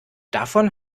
davon